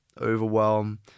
overwhelm